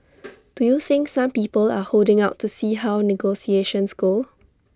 do you think some people are holding out to see how negotiations go